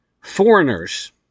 Foreigners